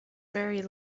very